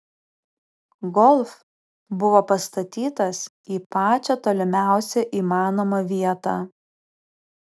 golf buvo pastatytas į pačią tolimiausią įmanomą vietą